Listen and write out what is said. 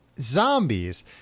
Zombies